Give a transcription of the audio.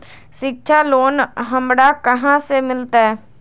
शिक्षा लोन हमरा कहाँ से मिलतै?